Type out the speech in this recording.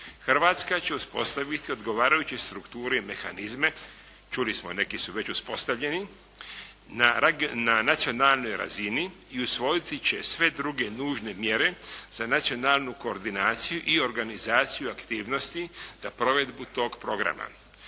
Hrvatska će uspostaviti odgovarajuće strukture i mehanizme, čuli smo neki su već uspostavljeni na nacionalnoj razini i usvojiti će sve druge nužne mjere za nacionalnu koordinaciju i organizaciju aktivnosti za provedbu tog programa.